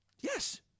Yes